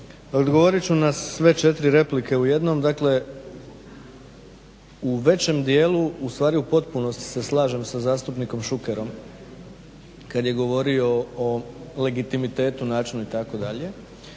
Odgovorit ću na sve četiri replike u jednom, dakle u većem dijelu, ustvari u potpunosti se slažem sa zastupnikom Šukerom, kad je govorio o legitimitetu, načinu itd.,